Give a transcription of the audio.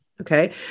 Okay